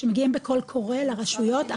שמגיעים ב"קול קורא" לרשויות,